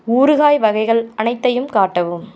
ஊறுகாய் வகைகள் அனைத்தையும் காட்டவும்